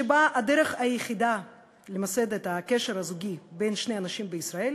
שבה הדרך היחידה למסד את הקשר הזוגי בין שני אנשים בישראל